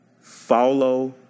Follow